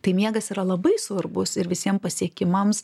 tai miegas yra labai svarbus ir visiem pasiekimams